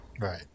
Right